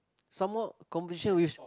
some more conversation with